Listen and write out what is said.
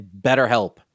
BetterHelp